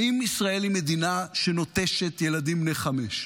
האם ישראל היא מדינה שנוטשת ילדים בני חמש?